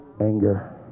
anger